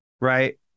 right